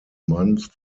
months